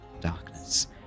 darkness